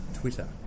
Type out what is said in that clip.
Twitter